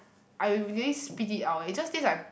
I nearly spit it out it just tastes like